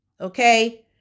Okay